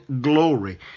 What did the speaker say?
glory